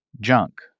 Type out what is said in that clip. junk